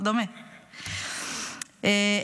דומה,